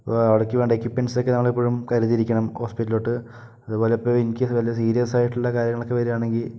അപ്പോൾ അവിടേയ്ക്ക് വേണ്ട എക്യുപ്മെൻ്റ്സൊക്കെ നമ്മളെപ്പോഴും കരുതിയിരിക്കണം ഹോസ്പിറ്റലിലോട്ട് അതുപോലെ ഇപ്പോൾ ഇൻ കേസ് വല്ല സീരിയസ് ആയിട്ടുള്ള കാര്യങ്ങളൊക്കെ വരുകയാണെങ്കിൽ